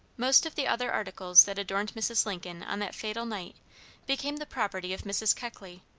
most of the other articles that adorned mrs. lincoln on that fatal night became the property of mrs. keckley.